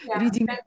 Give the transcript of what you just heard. reading